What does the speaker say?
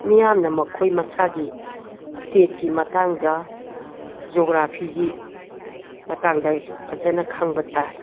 ꯃꯤꯌꯥꯝꯅ ꯃꯈꯣꯏ ꯃꯁꯥꯒꯤ ꯏꯁꯇꯦꯠꯀꯤ ꯃꯇꯡꯗ ꯖꯣꯒ꯭ꯔꯥꯐꯤꯒꯤ ꯃꯇꯥꯡꯗ ꯐꯖꯅ ꯈꯪꯕ ꯇꯥꯏ